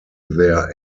their